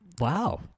Wow